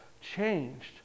changed